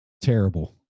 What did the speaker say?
terrible